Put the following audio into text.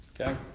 Okay